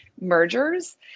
mergers